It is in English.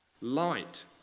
Light